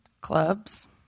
Clubs